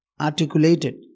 articulated